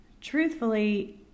Truthfully